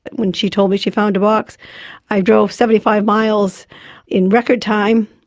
when she told me she found a box i drove seventy five miles in record time,